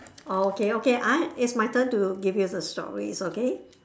orh okay okay I is my turn to give you the stories okay